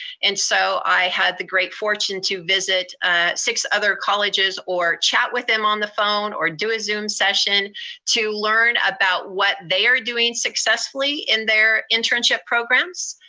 and so i had the great fortune to visit six other colleges, or chat with them on the phone, or do a zoom session to learn about what they're doing successfully in their internship programs.